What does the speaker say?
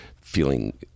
feeling